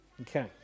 Okay